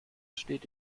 steht